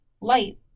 Light